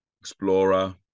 explorer